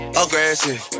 aggressive